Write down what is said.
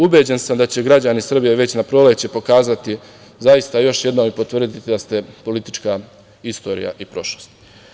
Ubeđen sam da će građani Srbije već na proleće pokazati, zaista još jednom i potvrditi da ste politička istorija i prošlost.